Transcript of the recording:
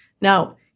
Now